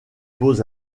beaux